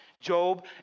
Job